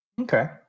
Okay